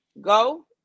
Go